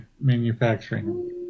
manufacturing